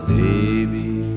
baby